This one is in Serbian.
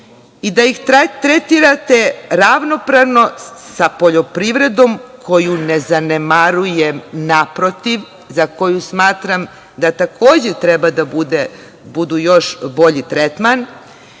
i da ih tretirate ravnopravno sa poljoprivredom koju ne zanemarujem, naprotiv, za koju smatram da takođe treba da ima još bolji tretman.